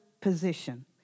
position